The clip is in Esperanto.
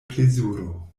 plezuro